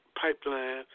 pipeline